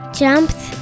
jumps